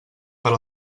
per